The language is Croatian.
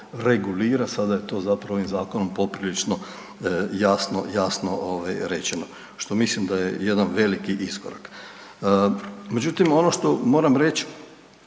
regulira, sada je to zapravo ovim zakonom poprilično jasno, jasno ovaj rečeno što mislim da je jedan veliki iskorak. Međutim, ono što moram reći,